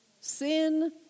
Sin